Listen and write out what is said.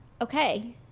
Okay